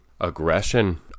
Aggression